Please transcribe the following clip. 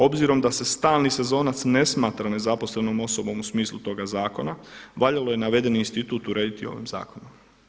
Obzirom da se stalni sezonac ne smatra nezaposlenom osobom u smislu toga zakona valjalo je navedeni institut urediti ovim zakonom.